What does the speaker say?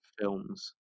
films